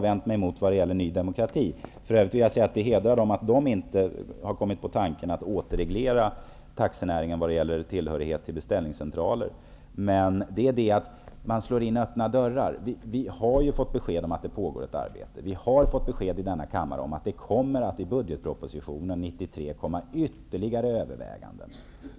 Det hedrar Ny demokrati att partiet inte har kommit på tanken att återinföra regleringen av av taxinäringen när det gäller tillhörighet till beställningscentraler. Vad jag har vänt mig mot är att Ny demokrati slår in öppna dörrar. Vi har fått besked om att ett arbete pågår. Vi har fått besked i denna kammare om att det i budgetpropositionen 1993 kommer ytterligare överväganden.